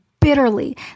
bitterly